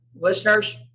listeners